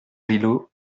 rideau